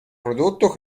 prodotto